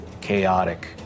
chaotic